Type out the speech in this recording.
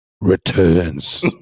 returns